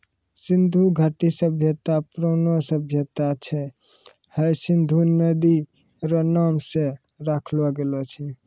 सिन्धु घाटी सभ्यता परौनो सभ्यता छै हय सिन्धु नदी रो नाम से राखलो गेलो छै